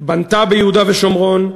בנתה ביהודה ושומרון,